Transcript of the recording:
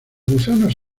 gusanos